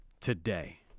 today